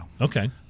Okay